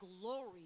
glory